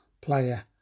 player